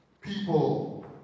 People